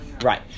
Right